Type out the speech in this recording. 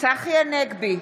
צחי הנגבי,